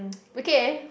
okay